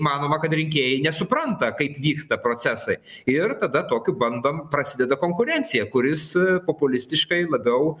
manoma kad rinkėjai nesupranta kaip vyksta procesai ir tada tokiu bandom prasideda konkurencija kuris populistiškai labiau